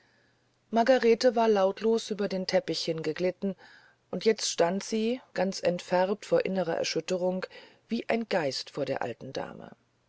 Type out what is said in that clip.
margarete war lautlos über den teppich hingeglitten und jetzt stand sie ganz entfärbt vor innerer erschütterung wie ein geist vor der alten dame